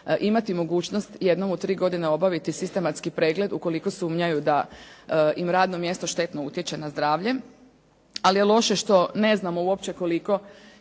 imati mogućnost jednom u tri godine obaviti sistematski pregled ukoliko sumnjaju da im radno mjesto štetno utječe na zdravlje. Ali je loše što ne znamo uopće koliko